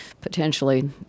potentially